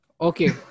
Okay